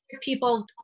people